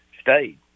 stayed